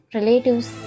Relatives